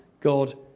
God